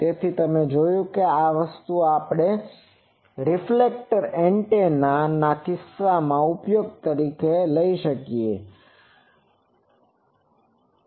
તેથી તમે જોયું કે આ વસ્તુનો આપણે રિફ્લેક્ટર એન્ટેનાના કિસ્સામાં ઉપયોગ કરી શકીએ છીએ